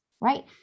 right